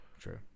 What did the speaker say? True